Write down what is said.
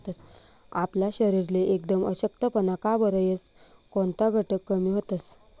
आपला शरीरले एकदम अशक्तपणा का बरं येस? कोनता घटक कमी व्हतंस?